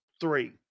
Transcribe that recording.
three